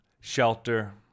shelter